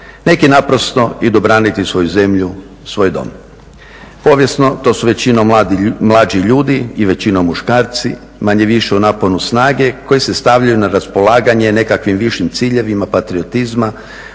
neki naprosto idu braniti svoju zemlju, svoj dom. Povijesno to su većinom mlađi ljudi i većino muškarci, manje-više u naponu snage koji se stavljaju na raspolaganje nekakvim višim ciljevima patriotizma,